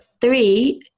three